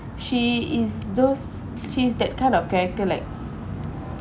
she is those she's that kind of character like